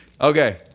Okay